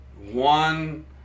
one